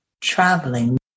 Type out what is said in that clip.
traveling